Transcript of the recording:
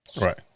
right